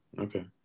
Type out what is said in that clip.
Okay